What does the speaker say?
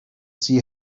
see